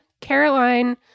Caroline